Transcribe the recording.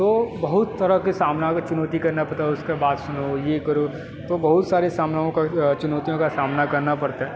तो बहुत तरह के सामना का चुनौती करना पड़ता है उसका बात सुनो ये करो तो बहुत सारे सामनाओं का चुनौतियों का सामना करना पड़ता है